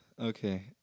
Okay